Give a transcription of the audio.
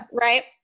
Right